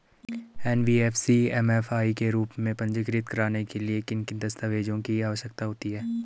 NBFC MFI के रूप में पंजीकृत कराने के लिए किन किन दस्तावेज़ों की आवश्यकता होती है?